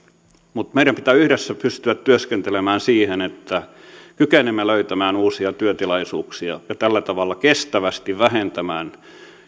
mutta meidän pitää yhdessä pystyä työskentelemään sen eteen että kykenemme löytämään uusia työtilaisuuksia ja tällä tavalla kestävästi vähentämään